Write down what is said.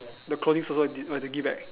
the clothings also g~ have to give back